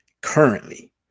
currently